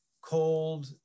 cold